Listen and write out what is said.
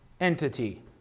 entity